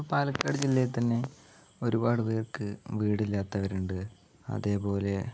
ഇപ്പോൾ പാലക്കാട് ജില്ലയിൽത്തന്നെ ഒരുപാട് പേർക്ക് വീടില്ലാത്തവരുണ്ട് അതേപോലെ